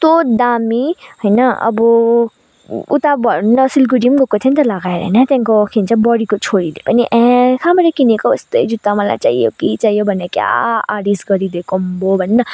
यस्तो दामी होइन अब उता भन् न सिलगढी पनि गएको थिएँ नि लगाएर होइन त्यहाँदेखिको के भन्छ बडीको छोरीले पनि एयाँ कहाँबाट किनेको यस्तै जुत्ता मलाई चाहियो कि चाहियो भनेर क्या आह्रिस गरिदिएको आम्बो भन् न